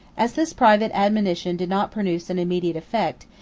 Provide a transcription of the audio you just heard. as this private admonition did not produce an immediate effect,